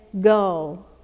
Go